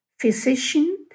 physician